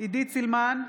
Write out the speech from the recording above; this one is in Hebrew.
עידית סילמן,